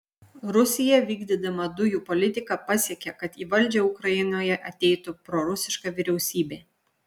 rusija vykdydama dujų politiką pasiekė kad į valdžią ukrainoje ateitų prorusiška vyriausybė